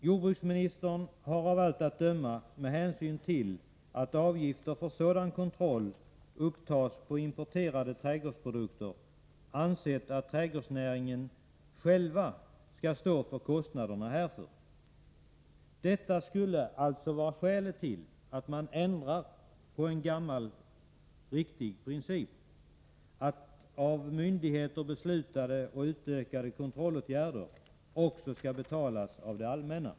Jordbruksministern har av allt att döma med hänsyn till att avgifter för sådan kontroll upptas på importerade trädgårdsprodukter ansett att trädgårdsnäringen själv skall stå för kostnaderna härför. Detta skulle alltså vara skälet till att man ändrar på en gammal riktig princip — att av myndigheter beslutade och utökade kontrollåtgärder också skall betalas av det allmänna.